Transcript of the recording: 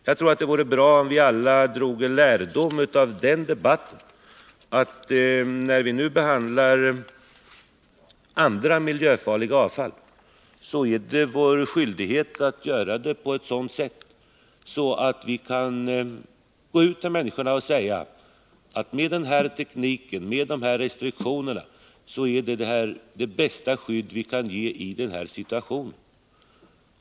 Jag tror det vore bra om vi alla drog lärdom av den debatten. När vi nu behandlar frågan om andra miljöfarliga avfall är det alltså vår skyldighet att göra det på ett sådant sätt att vi kan gå ut till människorna och säga, att denna teknik och dessa restriktioner är det bästa skydd vi kan ge i denna situation.